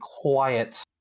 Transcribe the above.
quiet